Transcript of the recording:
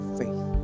faith